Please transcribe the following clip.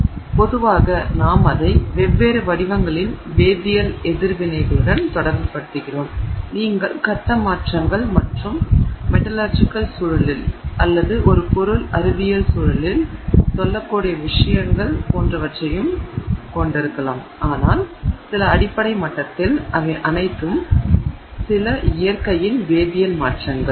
எனவே பொதுவாக நாம் அதை வெவ்வேறு வடிவங்களின் வேதியியல் எதிர்விளைவுகளுடன் தொடர்புபடுத்துகிறோம் நீங்கள் கட்ட மாற்றங்கள் மற்றும் மெட்டலர்ஜிக்கல் சூழலில் அல்லது ஒரு பொருள் அறிவியல் சூழலில் சொல்லக் கூடிய விஷயங்கள் போன்றவற்றையும் கொண்டிருக்கலாம் ஆனால் சில அடிப்படை மட்டத்தில் அவை அனைத்தும் சில இயற்கையின் வேதியியல் மாற்றங்கள்